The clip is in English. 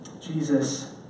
Jesus